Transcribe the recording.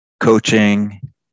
coaching